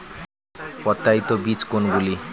প্রত্যায়িত বীজ কোনগুলি?